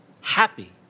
happy